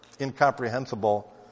incomprehensible